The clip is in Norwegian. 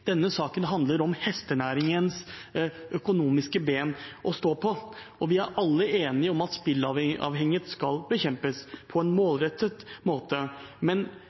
Denne saken handler om hestenæringens økonomiske bein å stå på. Vi er alle enige om at spillavhengighet skal bekjempes på en målrettet måte, men